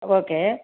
okay